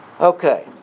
Okay